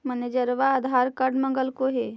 मैनेजरवा आधार कार्ड मगलके हे?